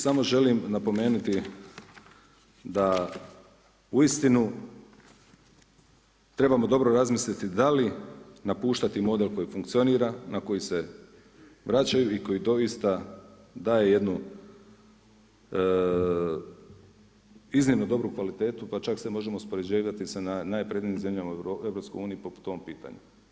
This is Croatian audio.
Samo želim napomenuti da uistinu trebamo dobro razmisliti da li napuštati model koji funkcionira, na koji se vraćaju i koji doista daje jednu iznimnu dobru kvalitetu pa čak se možemo uspoređivati sa najnaprednijim zemljama u EU poput u ovom pitanju.